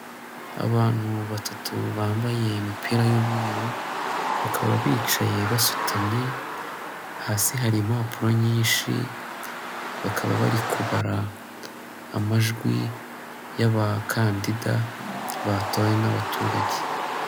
Abantu batatu bambaye imipira y'umweru, bakaba bicaye basutamye hasi hari impapuro nyinshi bakaba bari kubara amajwi y'abakandida batowe n'abaturage.